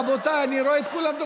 רבותיי, אני רואה את כולם.